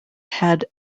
had